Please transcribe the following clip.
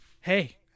Hey